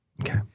Okay